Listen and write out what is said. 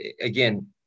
again